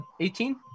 18